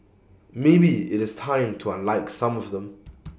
maybe IT is time to unlike some of them